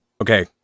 okay